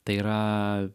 tai yra